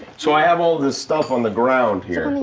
so i have all this stuff on the ground here.